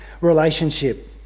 relationship